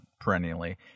perennially